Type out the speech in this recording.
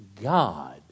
God